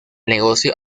negocio